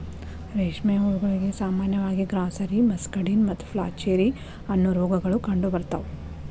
ರೇಷ್ಮೆ ಹುಳಗಳಿಗೆ ಸಾಮಾನ್ಯವಾಗಿ ಗ್ರಾಸ್ಸೆರಿ, ಮಸ್ಕಡಿನ್ ಮತ್ತು ಫ್ಲಾಚೆರಿ, ಅನ್ನೋ ರೋಗಗಳು ಕಂಡುಬರ್ತಾವ